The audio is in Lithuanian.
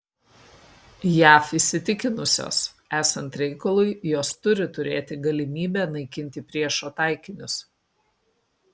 jav įsitikinusios esant reikalui jos turi turėti galimybę naikinti priešo taikinius